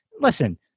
Listen